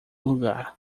lugar